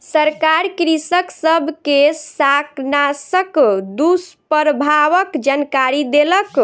सरकार कृषक सब के शाकनाशक दुष्प्रभावक जानकरी देलक